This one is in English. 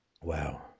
Wow